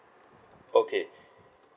okay